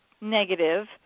negative